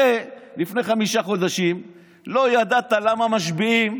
הרי לפני חמישה חודשים לא ידעת למה משביעים